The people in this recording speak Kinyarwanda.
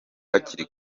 hakiri